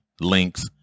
links